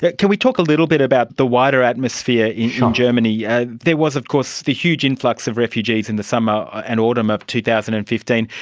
but can we talk a little bit about the wider atmosphere in germany. and there was of course the huge influx of refugees in the summer and autumn of two thousand and fifteen.